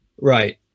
Right